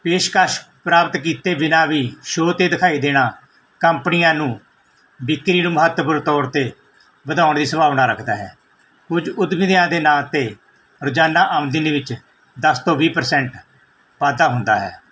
ਪੇਸ਼ਕਸ਼ ਪ੍ਰਾਪਤ ਕੀਤੇ ਬਿਨਾਂ ਵੀ ਸ਼ੋਅ 'ਤੇ ਦਿਖਾਈ ਦੇਣਾ ਕੰਪਨੀਆਂ ਨੂੰ ਵਿਕਰੀ ਨੂੰ ਮਹੱਤਵਪੂਰਨ ਤੌਰ 'ਤੇ ਵਧਾਉਣ ਦੀ ਸੰਭਾਵਨਾ ਰੱਖਦਾ ਹੈ ਕੁਝ ਉਦਮੀਆਂ ਦੇ ਨਾਂ 'ਤੇ ਰੋਜ਼ਾਨਾ ਆਮਦਨੀ ਵਿੱਚ ਦਸ ਤੋਂ ਵੀਹ ਪਰਸੈਂਟ ਵਾਧਾ ਹੁੰਦਾ ਹੈ